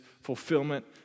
fulfillment